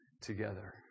together